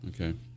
Okay